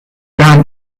bad